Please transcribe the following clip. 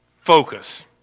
focus